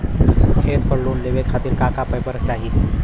खेत पर लोन लेवल खातिर का का पेपर चाही?